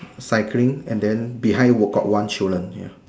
cycling and then behind what got one children